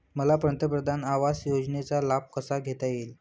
मला पंतप्रधान आवास योजनेचा लाभ कसा घेता येईल?